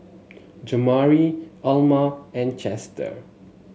Jamari Elma and Chester